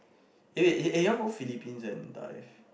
eh wait you want go Philippines and dive